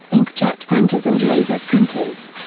inkjet printers and laser printers.